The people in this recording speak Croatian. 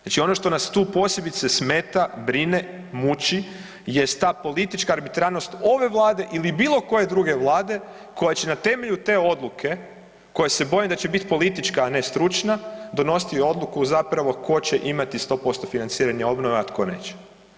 Znači ono što nas tu posebice smeta, brine, muči jest ta politička arbitrarnost ove Vlade ili bilo koje druge vlade koja će na temelju te odluke koja se boje da će biti politička, a ne stručna, donositi odluku zapravo tko će imati 100% financiranje obnove, a tko neće.